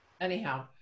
anyhow